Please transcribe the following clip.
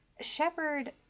Shepard